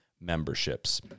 memberships